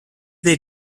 they